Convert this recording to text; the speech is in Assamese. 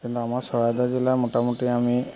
কিন্তু আমাৰ চৰাইদেউ জিলা মোটামুটি আমি